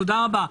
תודה רבה.